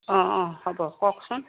অঁ অঁ হ'ব কওকচোন